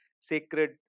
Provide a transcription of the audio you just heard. sacred